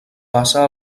passa